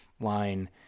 line